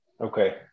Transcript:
Okay